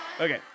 Okay